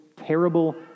terrible